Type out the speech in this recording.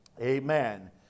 amen